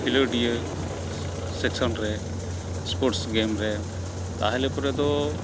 ᱠᱷᱮᱞᱚᱰᱤᱭᱟᱹ ᱥᱮᱠᱥᱚᱱᱨᱮ ᱥᱯᱳᱨᱴᱥ ᱜᱮᱢᱨᱮ ᱛᱟᱦᱚᱞᱮ ᱯᱚᱨᱮᱫᱚ